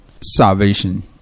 salvation